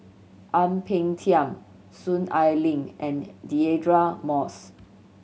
Ang Peng Tiam Soon Ai Ling and Deirdre Moss